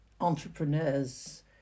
entrepreneurs